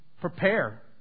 prepare